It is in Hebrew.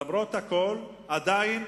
למרות הכול, עדיין